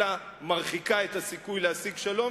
אלא מרחיקה את הסיכוי להשיג שלום,